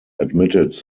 admitted